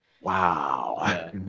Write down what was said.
wow